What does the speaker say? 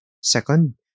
second